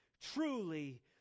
truly